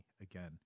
again